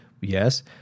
Yes